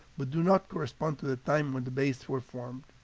but do not correspond to the time when the bays were formed.